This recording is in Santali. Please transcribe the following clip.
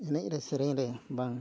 ᱮᱱᱮᱡ ᱨᱮ ᱥᱮᱨᱮᱧ ᱨᱮ ᱵᱟᱝ